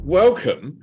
welcome